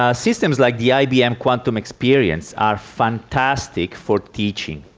ah systems like the ibm quantum experience are fantastic for teaching.